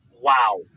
wow